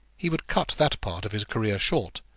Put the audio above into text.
he would cut that part of his career short,